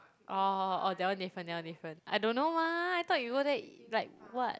orh orh orh that one different that one different I don't know mah I thought you go there like what